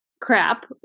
crap